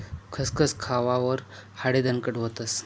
खसखस खावावर हाडे दणकट व्हतस